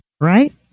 Right